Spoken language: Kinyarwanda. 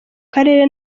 karere